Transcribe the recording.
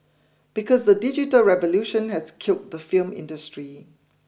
because the digital revolution has killed the film industry